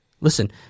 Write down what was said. Listen—